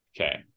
Okay